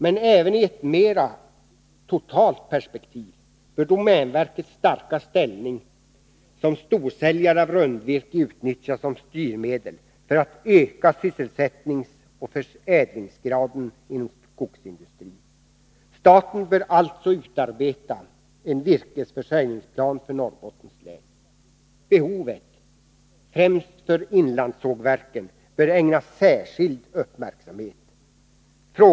Men även i ett totalt perspektiv bör domänverkets starka ställning som storsäljare av rundvirke utnyttjas som styrmedel för att öka sysselsättningsoch förädlingsgraden inom skogsindustrin. Staten bör alltså utarbeta en virkesförsörjningsplan för Norrbottens län. Behovet, främst för inlandssågverken, bör ägnas särskild uppmärksamhet.